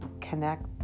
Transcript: connect